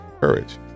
courage